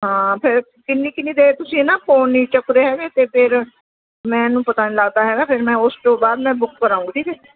ਹਾਂ ਫਿਰ ਕਿੰਨੀ ਕਿੰਨੀ ਦੇਰ ਤੁਸੀਂ ਨਾ ਫੋਨ ਨਹੀਂ ਚੁੱਕਦੇ ਹੈਗੇ ਅਤੇ ਫਿਰ ਮੈਂ ਇਹਨੂੰ ਪਤਾ ਨਹੀਂ ਲੱਗਦਾ ਹੈਗਾ ਫਿਰ ਮੈਂ ਉਸ ਤੋਂ ਬਾਅਦ ਮੈਂ ਬੁੱਕ ਕਰਵਾਊਂਗੀ ਜੀ